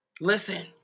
listen